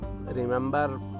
remember